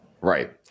Right